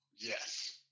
Yes